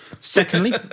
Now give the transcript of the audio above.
secondly